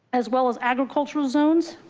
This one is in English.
as well as agricultural zones.